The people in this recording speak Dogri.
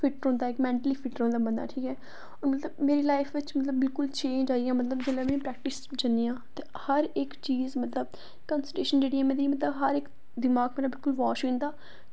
फिट रौहंदा मैंटली फिट रौहंदा मतलब ठीक ऐ मेरी लाईफ च मतलब कि बिल्कुल चेंज़ आई गेआ जेल्लै में प्रैक्टिस जन्नी आं ते हर इक्क चीज़ मतलब कंस्ट्रेशन करियै मतलब हर इक्क दमाक मतलब वाश होई जंदा